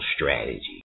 Strategy